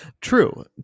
true